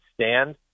stand